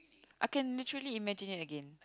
I could literally imagine it again